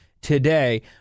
today